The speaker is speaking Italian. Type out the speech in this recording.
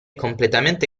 completamente